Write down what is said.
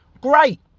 Great